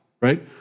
right